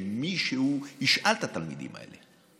שמישהו ישאל את התלמידים האלה.